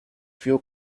few